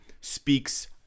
speaks